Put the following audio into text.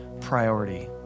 priority